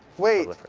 wait,